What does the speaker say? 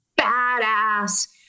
badass